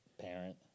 parent